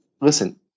listen